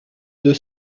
deux